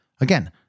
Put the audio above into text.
Again